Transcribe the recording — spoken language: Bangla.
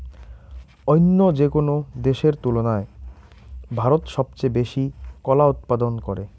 অইন্য যেকোনো দেশের তুলনায় ভারত সবচেয়ে বেশি কলা উৎপাদন করে